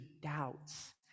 doubts